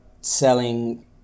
selling